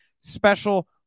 special